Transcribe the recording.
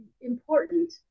important